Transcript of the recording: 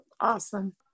Awesome